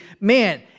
man